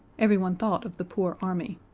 everyone thought of the poor army.